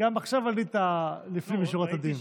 גם עכשיו עלית לפנים משורת הדין.